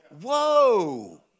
Whoa